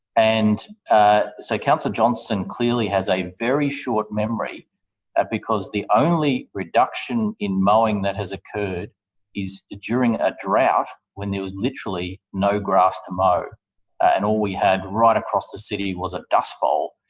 and ah so councillor johnston clearly has a very short memory because the only reduction in mowing that has occurred is during a drought when there was literally no grass to mow. and all we had, right across the city, was a dust bowl.